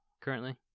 currently